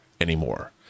anymore